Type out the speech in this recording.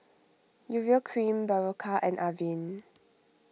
Urea Cream Berocca and Avene